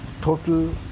total